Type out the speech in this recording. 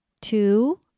two